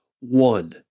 one